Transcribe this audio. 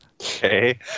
Okay